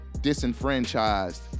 disenfranchised